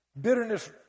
Bitterness